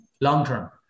long-term